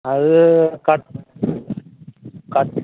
அது cut cut